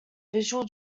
visual